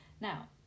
Now